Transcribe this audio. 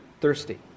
thirsty